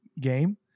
game